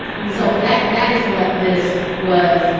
so that that is what this was.